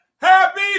Happy